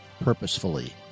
purposefully